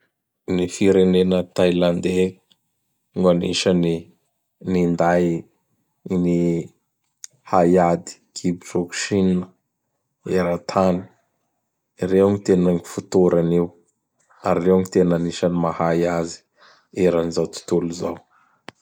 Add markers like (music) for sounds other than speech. (noise) Ny firenena Thailandais no anisan'ny ninday GN ny (noise) hay ady kick boxing eratany. Reo gn tena nifotoranio ary reo gn tena anisan'ny mahay azy eran'izao tontolo zao.